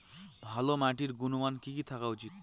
ভালো মাটির গুণমান কি কি থাকা উচিৎ?